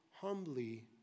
humbly